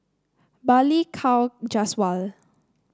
Balli Kaur Jaswal